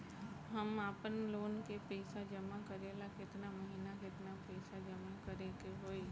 हम आपनलोन के पइसा जमा करेला केतना महीना केतना पइसा जमा करे के होई?